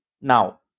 now